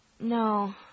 No